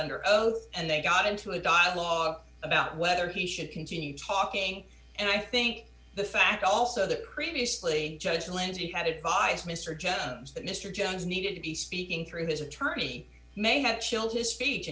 under oath and they got into a dialogue about whether he should continue talking and i think the fact also that previously judge lindsey had advised mr jevons that mr jones needed to be speaking through his attorney may have killed his speech